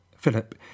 Philip